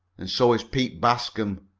and so is pete bascom.